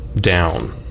down